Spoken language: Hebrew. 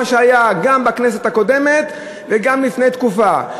מה שהיה גם בכנסת הקודמת וגם לפני תקופה.